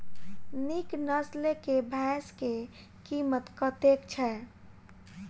नीक नस्ल केँ भैंस केँ कीमत कतेक छै?